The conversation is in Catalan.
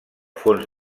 fons